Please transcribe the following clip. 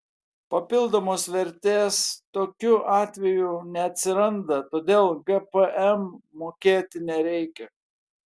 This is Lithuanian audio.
papildomos vertės tokiu atveju neatsiranda todėl gpm mokėti nereikia